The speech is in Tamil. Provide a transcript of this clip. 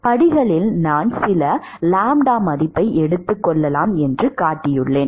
படிகளில் நான் சில லாம்ப்டா மதிப்பை எடுத்துக் கொள்ளலாம் என்று காட்டியுள்ளேன்